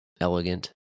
elegant